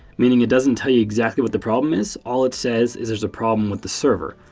meaning it doesn't tell you exactly what the problem is. all it says is there's a problem with the server.